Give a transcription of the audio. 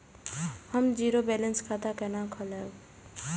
हम zero balance खाता केना खोलाब?